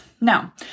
Now